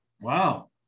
Wow